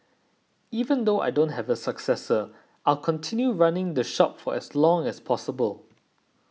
even though I don't have a successor I'll continue running the shop for as long as possible